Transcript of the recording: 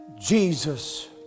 Jesus